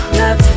love